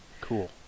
Cool